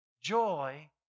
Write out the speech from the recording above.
Joy